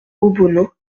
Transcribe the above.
obono